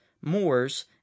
moors